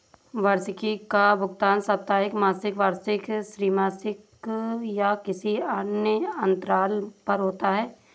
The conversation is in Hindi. वार्षिकी का भुगतान साप्ताहिक, मासिक, वार्षिक, त्रिमासिक या किसी अन्य अंतराल पर होता है